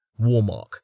Warmark